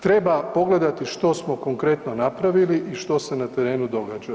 Treba pogledati što smo konkretno napravili i što se na terenu događa.